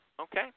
Okay